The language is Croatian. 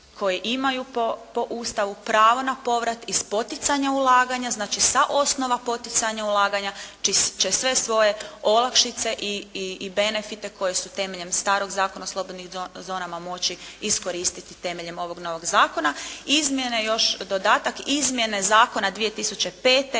koji imaju po Ustavu pravo na povrat iz poticanja ulaganja znači sa osnova poticanja ulaganja će sve svoje olakšice i benefite koje su temeljem starog Zakona o slobodnim zonama moći iskoristiti temeljem ovog novog zakona. Izmjene još, dodatak, Izmjene zakona 2005.